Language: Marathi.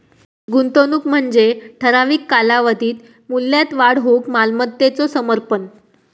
गुंतवणूक म्हणजे ठराविक कालावधीत मूल्यात वाढ होऊक मालमत्तेचो समर्पण